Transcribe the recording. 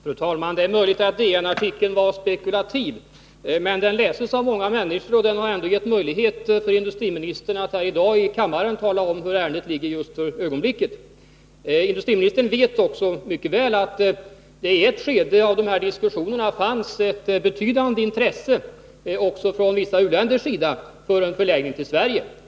Fru talman! Det är möjligt att DN-artikeln var spekulativ. Men den läses av många människor och har ändå inneburit en möjlighet för industriministern att här i dag i kammaren tala om hur det ligger till just för ögonblicket. Industriministern vet också mycket väl att det i ett visst skede av dessa diskussioner fanns ett betydande intresse från vissa u-länders sida för en förläggning till Sverige.